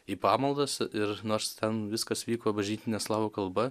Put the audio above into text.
į pamaldas ir nors ten viskas vyko bažnytine slavų kalba